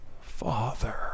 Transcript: Father